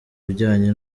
bijyanye